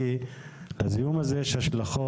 כי לזיהום הזה יש השלכות,